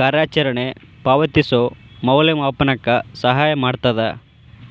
ಕಾರ್ಯಚರಣೆ ಪಾವತಿಸೋ ಮೌಲ್ಯಮಾಪನಕ್ಕ ಸಹಾಯ ಮಾಡ್ತದ